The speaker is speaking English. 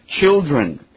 Children